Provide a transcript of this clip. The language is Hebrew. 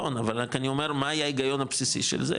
אבל אני אומר מה היה ההיגיון הבסיסי של זה,